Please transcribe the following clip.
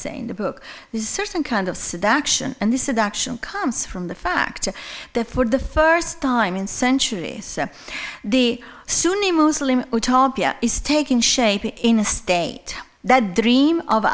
say in the book this certain kind of seduction and this it actually comes from the fact that for the first time in centuries the sunni muslim is taking shape in a state that dream of